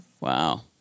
Wow